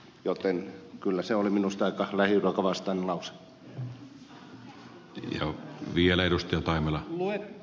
joten kyllä se oli minusta aika lähiruokavastainen lause